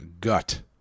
gut